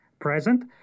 present